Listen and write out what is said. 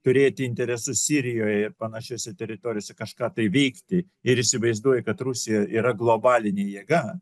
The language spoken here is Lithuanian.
turėti interesus sirijoje ir panašiose teritorijose kažką tai veikti ir įsivaizduoji kad rusija yra globalinė jėga